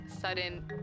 sudden